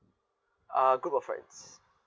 uh group of friends